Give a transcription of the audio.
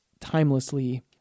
timelessly